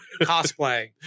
cosplay